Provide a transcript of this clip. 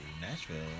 Nashville